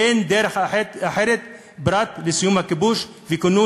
אין דרך אחרת פרט לסיום הכיבוש וכינון